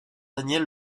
daniel